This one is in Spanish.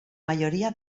mayoría